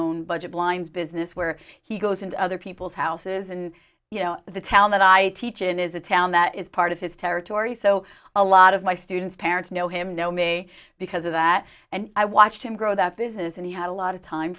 own budget blinds business where he goes into other people's houses and you know the town that i teach in is a town that is part of his territory so a lot of my students parents know him know me because of that and i watched him grow that business and he had a lot of time